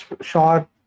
short